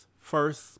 first